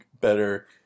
better